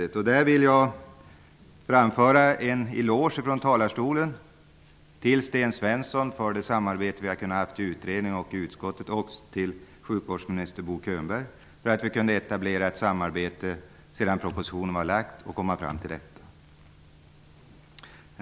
I det sammanhanget vill jag här från talarstolen framföra en eloge till Sten Svensson för det samarbete som vi har haft i utredningen och i utskottet samt till sjukvårdsminister Bo Könberg för att det var möjligt att etablera ett samarbete när propositionen hade lagts fram och för att vi har kunnat komma fram till detta betänkande.